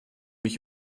mich